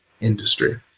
industry